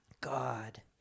God